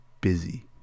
busy